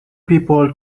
people